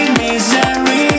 misery